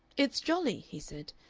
it's jolly, he said,